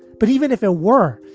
but even if it were,